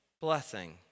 blessing